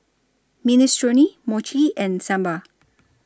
Minestrone Mochi and Sambar